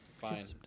Fine